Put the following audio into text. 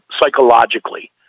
psychologically